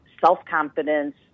self-confidence